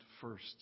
first